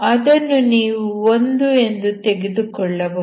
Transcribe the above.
ಅದನ್ನು ನೀವು 1 ಎಂದು ತೆಗೆದುಕೊಳ್ಳಬಹುದು